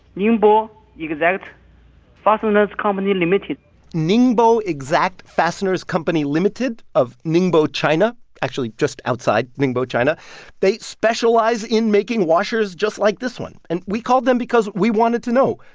ningbo exact fasteners company, ltd ningbo exact fasteners company, ltd. of ningbo, china actually just outside ningbo, china they specialize in making washers just like this one. and we called them because we wanted to know,